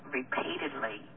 repeatedly